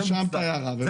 זה נמצא בסדר.